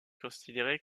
considérée